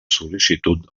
sol·licitud